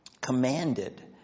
commanded